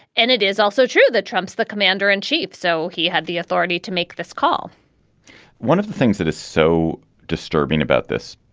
and it is also true that trump's the commander in chief. so he had the authority to make this call one of the things that is so disturbing about this,